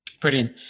Brilliant